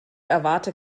erwarte